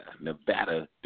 Nevada